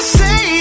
say